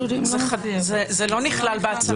זה לא נכלל בהצעה?